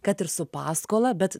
kad ir su paskola bet